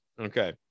Okay